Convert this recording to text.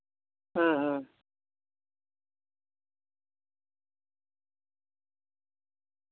ᱦᱩᱸ ᱦᱩᱸ